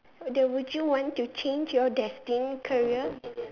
the would you want to change your destined career